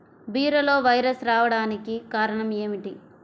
బీరలో వైరస్ రావడానికి కారణం ఏమిటి?